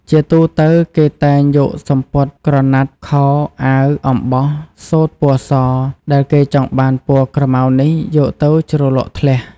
ជាទូទៅ គេតែងយកសំពត់ក្រណាត់ ខោ អាវ អំបោះ សូត្រពណ៌ស ដែលគេចង់បានពណ៌ក្រមៅនេះយកទៅជ្រលក់ធ្លះ។